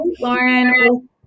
Lauren